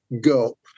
Go